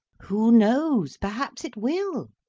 who knows? perhaps it will.